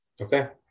Okay